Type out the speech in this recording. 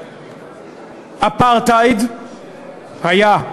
אפרטהייד, היה,